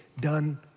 Done